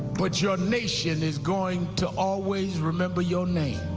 but your nation is going to always remember your name.